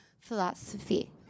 philosophy